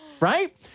Right